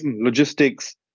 Logistics